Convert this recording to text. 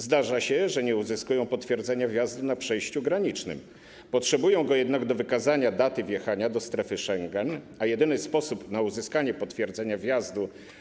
Zdarza się, że nie uzyskują potwierdzenia wjazdu na przejściu granicznym, potrzebują go jednak do wykazania daty wjechania do strefy Schengen, a jedyny sposób na uzyskanie potwierdzenia wjazdu